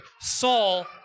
Saul